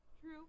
True